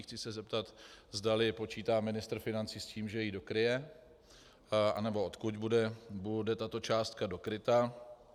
Chci se zeptat, zdali počítá ministr financí s tím, že ji dokryje, anebo odkud bude tato částka dokryta.